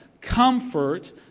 comfort